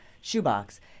shoebox